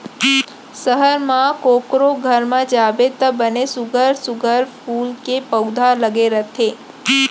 सहर म कोकरो घर म जाबे त बने सुग्घर सुघ्घर फूल के पउधा लगे रथे